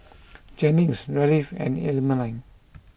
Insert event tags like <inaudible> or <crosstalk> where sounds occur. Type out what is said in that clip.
<noise> Jennings Raleigh and Emaline